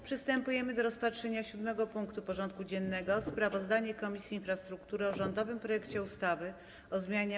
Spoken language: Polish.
Przystępujemy do rozpatrzenia punktu 7. porządku dziennego: Sprawozdanie Komisji Infrastruktury o rządowym projekcie ustawy o zmianie